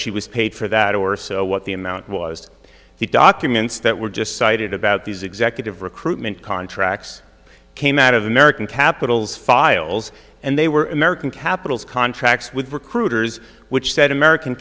she was paid for that or so what the amount was the documents that were just cited about these executive recruitment contracts came out of american capitals files and they were american capitals contracts with recruiters which said american